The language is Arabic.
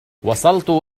وصلت